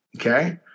Okay